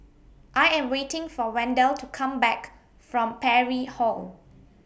I Am waiting For Wendell to Come Back from Parry Hall